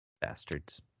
Bastards